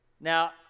Now